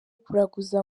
kuraguza